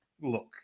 look